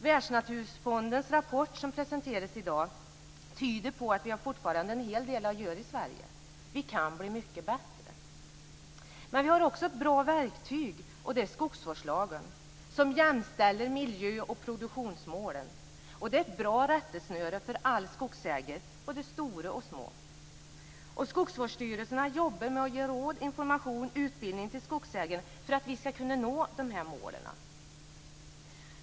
Världsnaturfondens rapport som presenteras i dag tyder på att vi fortfarande har en hel del att göra i Sverige. Vi kan bli mycket bättre. Men vi har också ett bra verktyg. Det är skogsvårdslagen, som jämställer miljö och produktionsmålen. Det är ett bra rättesnöre för alla skogsägare, både stora och små. Skogsvårdsstyrelserna jobbar med att ge råd, information och utbildning till skogsägarna för att vi ska kunna nå de här målen.